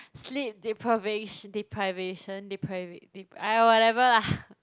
sleep depriva~ deprivation depriva~ !aiya! whatever lah